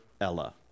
ella